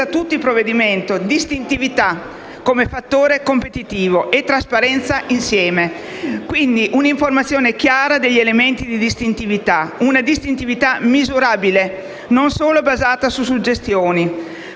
tutto il provvedimento è la distintività come fattore competitivo e trasparenza insieme; quindi, un'informazione chiara degli elementi di distintività: una distintività misurabile, non solo basata su suggestioni.